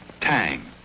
Tang